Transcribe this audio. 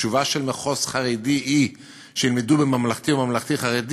התשובה של המחוז החרדי היא שהם ילמדו בממלכתי או בממלכתי-דתי?